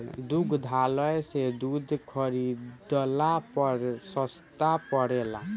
दुग्धालय से दूध खरीदला पर सस्ता पड़ेला?